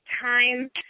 time